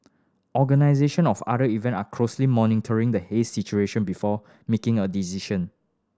organization of other event are closely monitoring the haze situation before making a decision